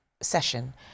session